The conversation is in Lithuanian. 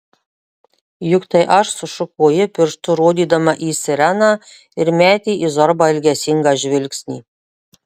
juk tai aš sušuko ji pirštu rodydama į sireną ir metė į zorbą ilgesingą žvilgsnį